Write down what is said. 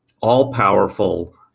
all-powerful